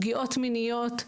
פגיעות מיניות,